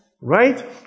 Right